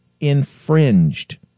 Infringed